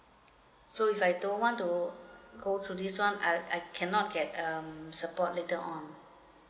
so if I don't want to go through this one I I cannot get um support later on